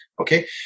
okay